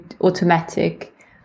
automatic